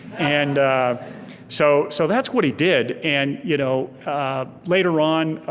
and so so that's what he did and you know later on,